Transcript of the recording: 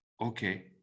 Okay